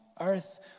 earth